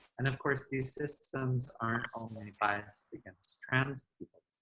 and of course, these systems aren't um only biased against trans people,